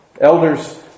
Elders